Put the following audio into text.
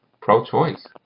pro-choice